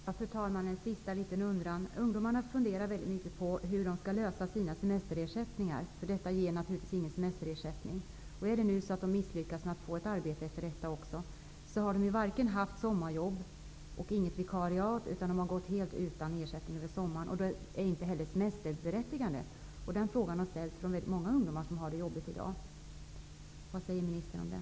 Fru talman! Jag har en sista fråga att ställa. Ungdomarna funderar mycket över hur de skall lösa problemet med utebliven semesterersättning. Ungdomspraktik ger naturligtvis ingen semesterersättning. Om ungdomarna misslyckas med att få arbete efter ungdomspraktiktiden, om de varken haft sommarjobb eller haft något vikariatarbete, utan gått helt utan ersättning under sommaren, är de inte heller berättigade till semesterersättning. Den här oron har väldigt många ungdomar som har det jobbigt i dag uttryckt.